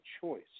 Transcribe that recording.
choice